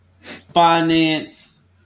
finance